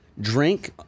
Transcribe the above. drink